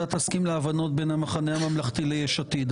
תסכים להבנות בין המחנה הממלכתי ליש עתיד.